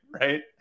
right